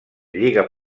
lliga